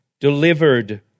delivered